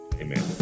Amen